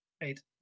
Eight